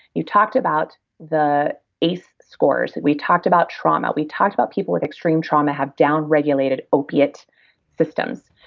you talked about the ace scores. we talked about trauma. we talked about people with extreme trauma have downregulated opiate systems,